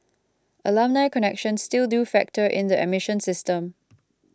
alumni connections still do factor in the admission system